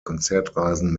konzertreisen